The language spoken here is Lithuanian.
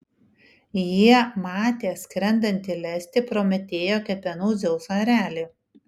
jie matė skrendantį lesti prometėjo kepenų dzeuso erelį